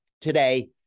Today